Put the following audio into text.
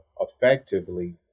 effectively